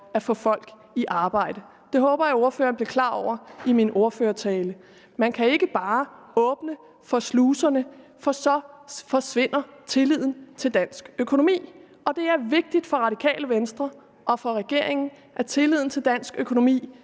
at få folk i arbejde, det håber jeg ordføreren blev klar over i forbindelse med min ordførertale. Man kan ikke bare åbne for sluserne, for så forsvinder tilliden til dansk økonomi. Og det er vigtigt for Radikale Venstre og for regeringen, at tilliden til dansk økonomi